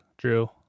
Drew